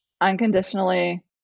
unconditionally